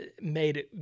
made